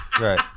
Right